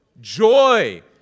Joy